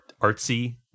artsy